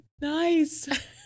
nice